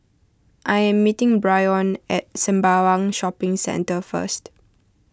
I am meeting Byron at Sembawang Shopping Centre first